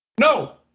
no